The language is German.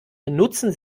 benutzen